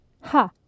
Ha